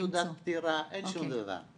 אין תעודת פטירה, אין שום דבר.